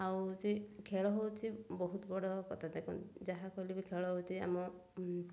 ଆଉ ହେଉଛି ଖେଳ ହେଉଛି ବହୁତ ବଡ଼ କଥା ଦେଖନ୍ତି ଯାହା କହିଲେ ବି ଖେଳ ହେଉଛି ଆମ